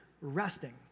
resting